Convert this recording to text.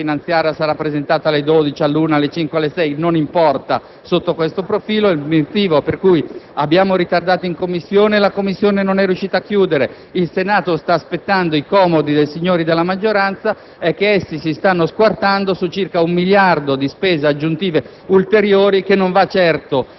(non so se il maxiemendamento sarà presentato alle 12, alle 13, alle 17 o alle 18, e non importa sotto questo profilo), il motivo per cui abbiamo ritardato in Commissione e la Commissione non è riuscita a chiudere i lavori, e il motivo per cui il Senato sta aspettando i comodi dei signori della maggioranza, è che essi si stanno squartando su circa un miliardo di spese aggiuntive